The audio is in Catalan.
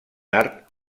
tard